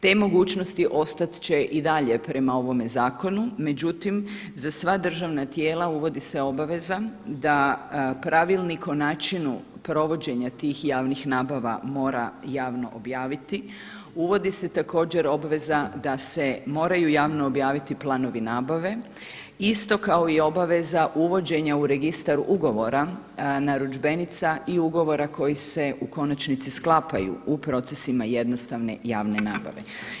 Te mogućnost ostat će i dalje prema ovome zakonu, međutim za sva državna tijela uvodi se obaveza da pravilnik o načinu provođenja tih javnih nabava mora javno objaviti, uvodi se također obveza da se moraju javno objaviti planovi nabave, isto kao i obaveza uvođenja u registar ugovora narudžbenica i ugovora koji se u konačnici sklapaju u procesima jednostavne javne nabave.